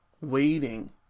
waiting